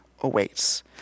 awaits